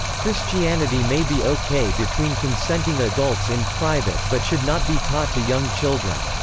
christianity may be ok between consenting adults in private but should not be taught to young children.